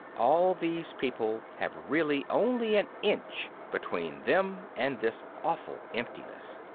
all these people have really only an inch between them and this awful emptiness.